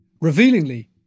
Revealingly